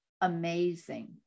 amazing